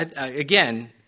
Again